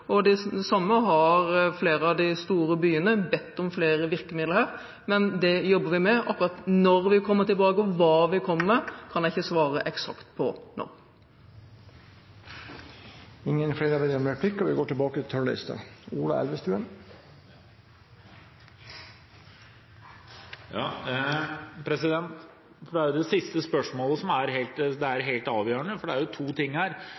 flere av de store byene har også bedt om flere virkemidler. Men det jobber vi med. Akkurat når vi kommer tilbake, og hva vi kommer med, kan jeg ikke svare eksakt på nå. Replikkordskiftet er omme. De talerne som heretter får ordet, har en taletid på inntil 3 minutter. Det er det siste spørsmålet som er helt avgjørende. Når det gjelder hvordan man skal begrense forurensningen på de mest forurensede dagene, er det tre ting